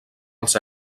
als